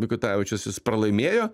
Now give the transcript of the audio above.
mikutavičius jis pralaimėjo